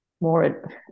more